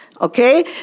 Okay